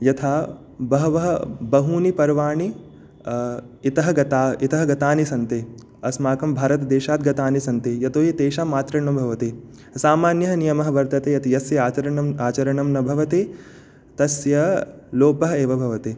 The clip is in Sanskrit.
यथा बहवः बहूनि पर्वाणि इतः गता इतः गतानि सन्ति अस्माकं भारतदेशात् गतानि सन्ति यतोहि तेषाम् आचरणं भवति सामान्य नियमाः वर्तते यत् यस्य आचरणम् आचरणं न भवति तस्य लोपः एव भवति